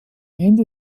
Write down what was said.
ende